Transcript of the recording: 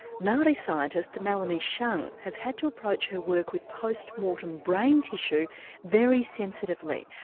maori scientist melanie cheung has had to approach her work with post-mortem brain tissue very sensitively,